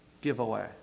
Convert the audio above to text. giveaway